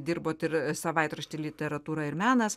dirbot ir savaitrašty literatūra ir menas